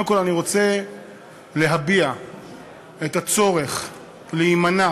קודם כול אני רוצה להביע את הצורך להימנע